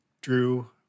Drew